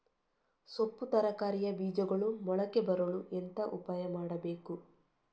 ಸೊಪ್ಪು ತರಕಾರಿಯ ಬೀಜಗಳು ಮೊಳಕೆ ಬರಲು ಎಂತ ಉಪಾಯ ಮಾಡಬೇಕು?